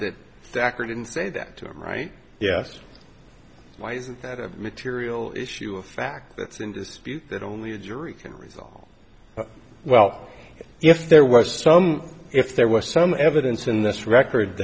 that sack or didn't say that to him right yes why isn't that a material issue a fact that's in dispute that only a jury can resolve well if there was some if there was some evidence in this record